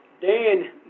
Dan